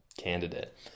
candidate